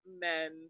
men